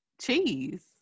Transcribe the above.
Cheese